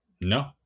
No